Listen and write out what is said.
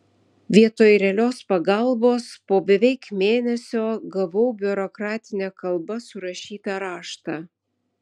vietoj realios pagalbos po beveik mėnesio gavau biurokratine kalba surašytą raštą